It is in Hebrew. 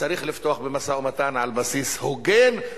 וצריך לפתוח במשא-ומתן על בסיס הוגן,